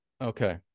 Okay